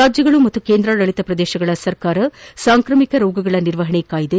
ರಾಜ್ಯಗಳು ಮತ್ತು ಕೇಂದ್ರಾಡಳಿತ ಪ್ರದೇಶಗಳ ಸರ್ಕಾರ ಸಾಂಕ್ರಾಮಿಕ ರೋಗಗಳ ನಿರ್ವಹಣೆ ಕಾಯ್ದೆ